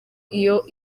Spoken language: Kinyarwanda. iyo